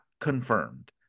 confirmed